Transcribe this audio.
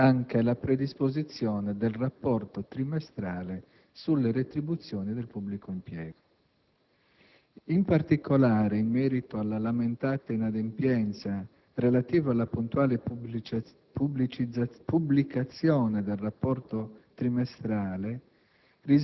anche la predisposizione del rapporto trimestrale sulle retribuzioni del pubblico impiego. In particolare, in merito alla lamentata inadempienza relativa alla puntuale pubblicazione del rapporto trimestrale